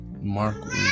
Mark